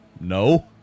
no